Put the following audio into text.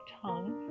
tongue